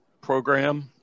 program